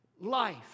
life